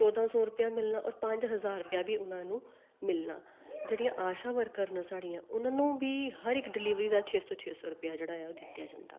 चौदां सौ रपेआ मिलना होर पंज हजार रपेआ बी उना नूं मिलना जेह्ड़ियां आशा वर्कर न साढ़ियां उना नू बी हर इक डिलीवरी दा छे सौ छे सौ रपेआ जेह्ड़ा ऐ ओह् दित्ता जंदा